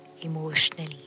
emotionally